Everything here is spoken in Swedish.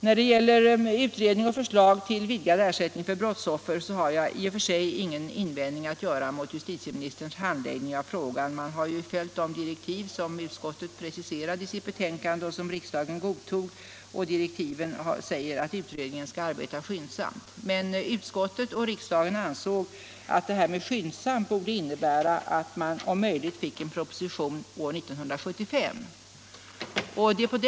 När det gäller frågan om utredning och förslag om vidgad ersättning till brottsoffer har jag i och för sig ingen invändning att göra mot justitieministerns handläggning av frågan. Man har följt de direktiv som utskottet preciserade i sitt betänkande och som riksdagen godtog. Direktiven säger att utredningen skall arbeta skyndsamt. Men utskott och riksdag ansåg att det borde innebära att man om möjligt fick en proposition år 1975.